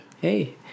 Hey